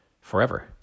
forever